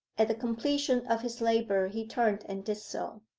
at the completion of his labour he turned, and did so.